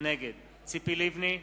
נגד ציפי לבני,